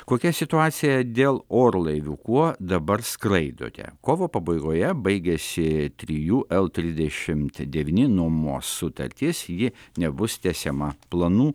kokia situacija dėl orlaivių kuo dabar skraidote kovo pabaigoje baigiasi trijų el trisdešimt devyni nuomos sutarties ji nebus tęsiama planų